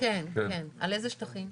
כן, על איזה שטחים?